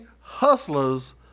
Hustlers